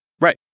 Right